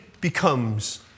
becomes